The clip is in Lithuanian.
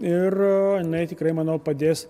ir jinai tikrai manau padės